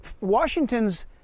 Washington's